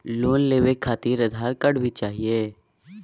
Loan लेवे खातिरआधार card भी चाहियो?